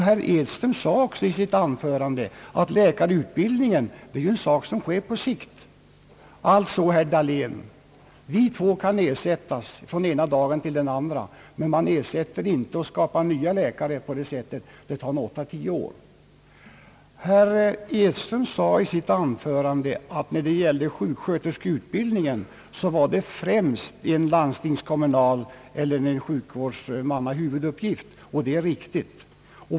Herr Edström sade också i sitt anförande, att läkarutbildningen sker på sikt. Alltså, herr Dahlén, vi två kan ersättas från den ena dagen till den andra, men man kan inte få fram nya läkare på samma sätt, utan det tar 8&— 10 år. Herr Edström framhöll i sitt anförande att sjuksköterskeutbildningen främst var en uppgift för sjukvårdens huvudmän. Det är riktigt.